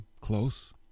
close